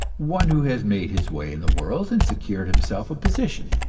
one who has made his way in the world and secured himself a position.